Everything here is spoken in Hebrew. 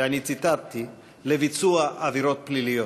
ואני ציטטתי, על ביצוע עבירות פליליות.